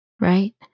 Right